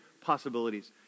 possibilities